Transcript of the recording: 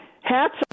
hats